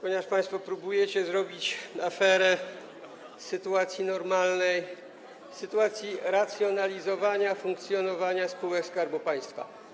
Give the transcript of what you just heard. Państwo próbujecie zrobić aferę z sytuacji normalnej, sytuacji racjonalizowania funkcjonowania spółek Skarbu Państwa.